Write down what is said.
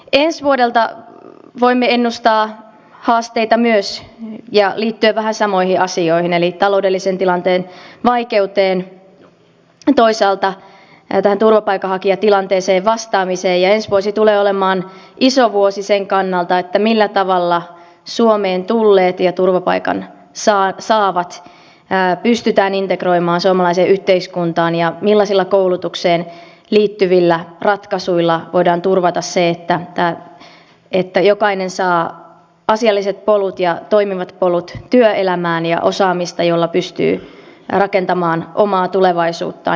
ensi vuodelle voimme ennustaa haasteita myös liittyen vähän samoihin asioihin eli taloudellisen tilanteen vaikeuteen toisaalta tähän turvapaikanhakijatilanteeseen vastaamiseen ja ensi vuosi tulee olemaan iso vuosi sen kannalta millä tavalla suomeen tulleet ja turvapaikan saavat pystytään integroimaan suomalaiseen yhteiskuntaan ja millaisilla koulutukseen liittyvillä ratkaisuilla voidaan turvata se että jokainen saa asialliset polut ja toimivat polut työelämään ja osaamista jolla pystyy rakentamaan omaa tulevaisuuttaan